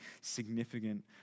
significant